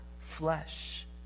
flesh